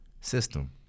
system